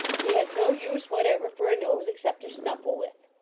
he has no use whatever for a nose except to snuffle with.